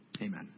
Amen